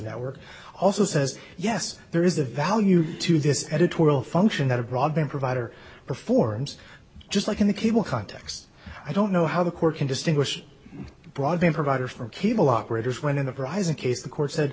network also says yes there is a value to this editorial function that a broadband provider performs just like in the cable context i don't know how the court can distinguish broadband providers from cable operators when in uprising case the court said